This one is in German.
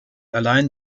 allein